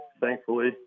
thankfully